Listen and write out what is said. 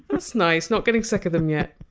that's nice. not getting sick of them yet?